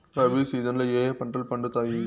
rabi season లో ఏ ఏ పంటలు పండుతాయి